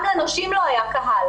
גם לנשים לא היה קהל.